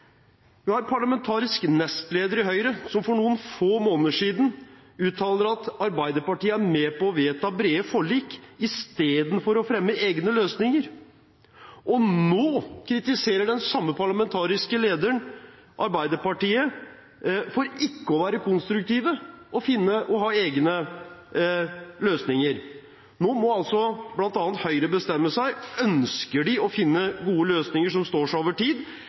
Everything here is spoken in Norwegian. Parlamentarisk nestleder i Høyre uttalte for noen få måneder siden at Arbeiderpartiet er med på å vedta brede forlik istedenfor å fremme egne løsninger. Nå kritiserer den samme parlamentariske nestlederen Arbeiderpartiet for ikke å være konstruktive og for å ha egne løsninger. Nå må bl.a. Høyre bestemme seg: Ønsker de å finne gode løsninger som står seg over tid,